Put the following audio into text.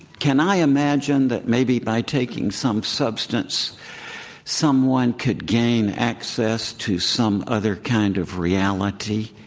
can i imagine that maybe by taking some substance someone could gain access to some other kind of reality?